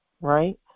right